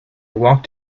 walked